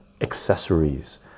accessories